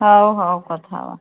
ହଉ ହଉ କଥା ହେବା